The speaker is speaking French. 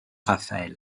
raphaël